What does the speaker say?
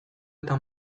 eta